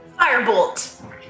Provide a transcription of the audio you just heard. Firebolt